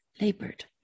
labored